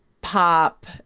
pop